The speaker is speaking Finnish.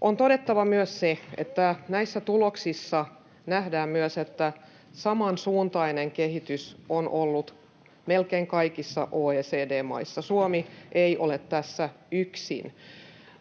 On todettava myös, että näissä tuloksissa nähdään myös, että samansuuntainen kehitys on ollut melkein kaikissa OECD-maissa. Suomi ei ole tässä yksin.